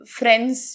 friends